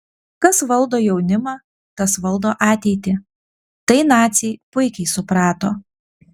kas valdo jaunimą tas valdo ateitį tai naciai puikiai suprato